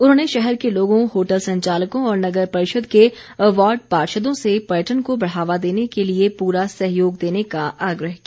उन्होंने शहर के लोगों होटल संचालकों और नगर परिषद के वार्ड पार्षदों से पर्यटन को बढ़ावा देने के लिए पूरा सहयोग देने का आग्रह किया